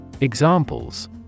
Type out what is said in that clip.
Examples